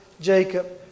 Jacob